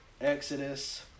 Exodus